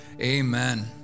amen